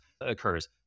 occurs